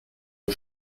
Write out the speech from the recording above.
mon